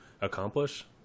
accomplish